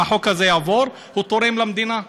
תורם למדינה.